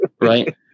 right